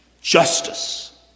Justice